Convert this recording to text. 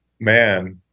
Man